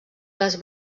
les